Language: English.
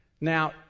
Now